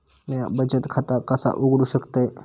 म्या बचत खाता कसा उघडू शकतय?